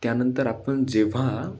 त्यानंतर आपण जेव्हा